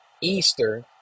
Easter